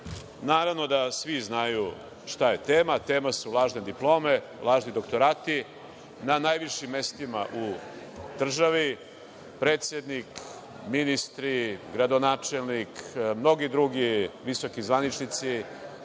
da svi znaju šta je tema, tema su lažne diplome, lažni doktorati. Na najvišim mestima u državi, predsednik, ministri, gradonačelnik, mnogi drugi visoki zvaničnici